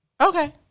Okay